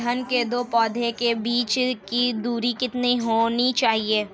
धान के दो पौधों के बीच की दूरी कितनी होनी चाहिए?